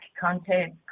content